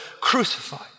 crucified